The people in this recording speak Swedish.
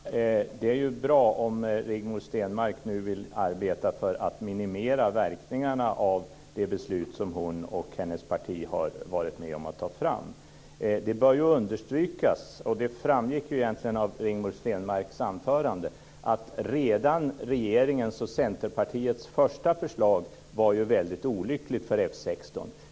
Fru talman! Det är bra om Rigmor Stenmark nu vill arbeta för att minimera verkningarna av det beslut som hon och hennes parti har varit med om att ta fram. Det bör understrykas, och det framgick egentligen av Rigmor Stenmarks anförande, att redan regeringens och Centerpartiets första förslag var väldigt olyckligt för F 16.